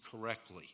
correctly